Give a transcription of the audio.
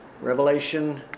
Revelation